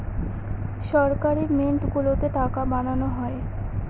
সরকারি মিন্ট গুলোতে টাকা বানানো হয়